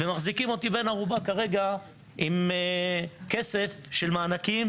ומחזיקים אותי כרגע בן ערובה עם כסף של מענקים,